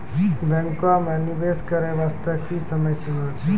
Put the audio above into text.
बैंको माई निवेश करे बास्ते की समय सीमा छै?